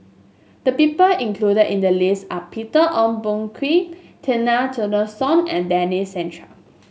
the people included in the list are Peter Ong Boon Kwee Zena Tessensohn and Denis Santry